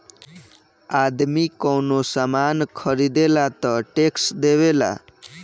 आदमी कवनो सामान ख़रीदेला तऽ टैक्स देवेला